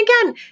again